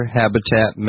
habitat